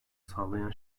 sağlayan